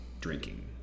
drinking